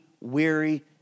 weary